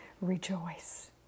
rejoice